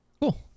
cool